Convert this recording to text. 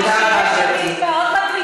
תודה רבה, גברתי.